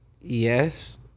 yes